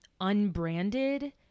unbranded